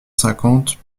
cinquante